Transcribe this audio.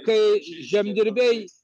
kai žemdirbiai